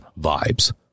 vibes